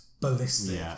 Ballistic